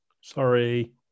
Sorry